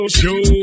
show